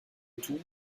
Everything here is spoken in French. tout